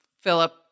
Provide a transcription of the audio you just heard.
Philip